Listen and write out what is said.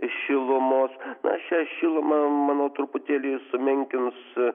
šilumos na šią šilumą manau truputėlį sumenkins